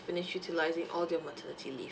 finish utilising all your maternity leave